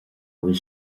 bhfuil